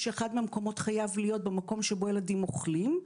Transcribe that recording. כשאחד מהמקומות חייב להיות במקום שבו ילדים אוכלים.